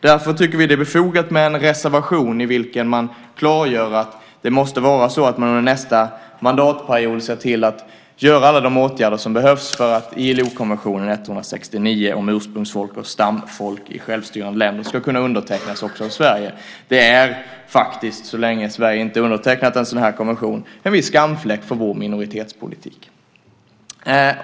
Därför tycker vi att det var befogat med en reservation i vilken man klargör att det måste vara så att man under nästa mandatperiod ser till att vidta de åtgärder som behövs för att ILO-konventionen 169 om ursprungsfolk och stamfolk i självstyrande länder ska kunna undertecknas också i Sverige. Det är faktiskt så länge Sverige inte har undertecknat den konventionen en skamfläck på vår minoritetspolitik.